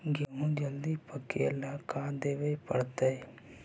गेहूं जल्दी पके ल का देबे पड़तै?